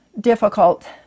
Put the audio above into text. difficult